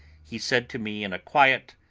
he said to me in a quiet,